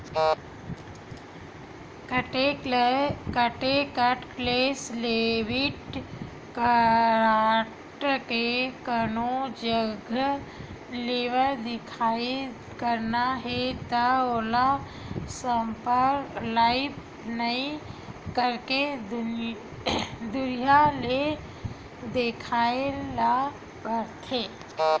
contactless debit card ले कोनो जघा लेवइ देवइ करना हे त ओला स्पाइप नइ करके दुरिहा ले देखाए ल परथे